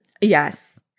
Yes